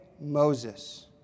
Moses